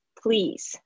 please